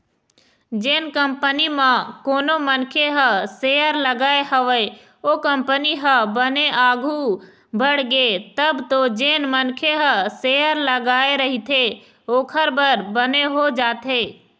जेन कंपनी म कोनो मनखे ह सेयर लगाय हवय ओ कंपनी ह बने आघु बड़गे तब तो जेन मनखे ह शेयर लगाय रहिथे ओखर बर बने हो जाथे